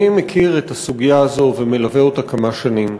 אני מכיר את הסוגיה הזו ומלווה אותה כמה שנים.